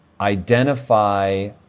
identify